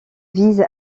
vise